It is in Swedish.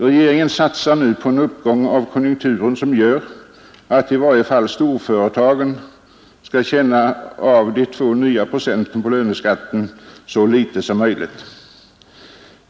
Regeringen satsar nu på en uppgång i konjunkturen som gör att i varje fall storföretagen skall känna av de två nya procenten på löneskatten så litet som möjligt.